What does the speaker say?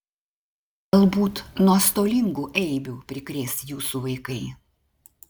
galbūt nuostolingų eibių prikrės jūsų vaikai